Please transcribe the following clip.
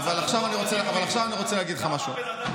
עזוב גינוי.